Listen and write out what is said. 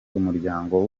umuryango